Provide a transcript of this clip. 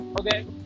okay